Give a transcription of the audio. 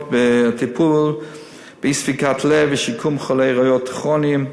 בטיפול באי-ספיקת לב ושיקום חולי ריאות כרוניים.